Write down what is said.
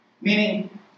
Meaning